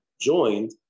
joined